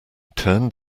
turned